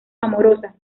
amorosa